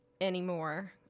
anymore